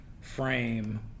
frame